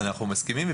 אנחנו מסכימים,